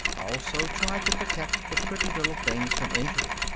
also tried to protect the pretty little things from injury.